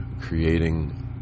creating